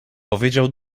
powiedział